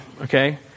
okay